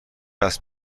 است